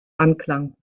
anklang